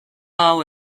hau